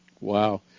Wow